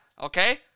Okay